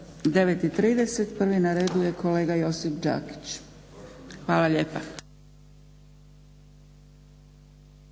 Prvi na redu je kolega Josip Đakić. Hvala lijepa.